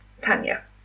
Tanya